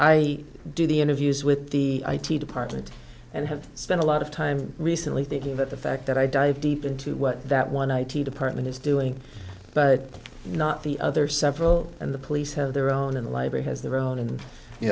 i do the interviews with the i t department and have spent a lot of time recently thinking about the fact that i dive deep into what that one thousand department is doing but not the other several and the police have their own in library has their own and y